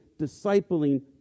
discipling